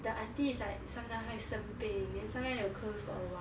the aunty is like sometimes 会生病 then sometimes they will close for awhile